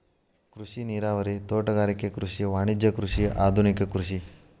ಕೃಷಿ ನೇರಾವರಿ, ತೋಟಗಾರಿಕೆ ಕೃಷಿ, ವಾಣಿಜ್ಯ ಕೃಷಿ, ಆದುನಿಕ ಕೃಷಿ